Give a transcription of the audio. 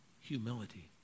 Humility